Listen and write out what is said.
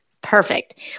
Perfect